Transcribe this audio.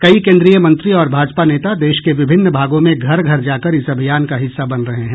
कई केन्द्रीय मंत्री और भाजपा नेता देश के विभिन्न भागों में घर घर जाकर इस अभियान का हिस्सा बन रहे हैं